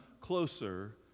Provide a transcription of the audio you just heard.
closer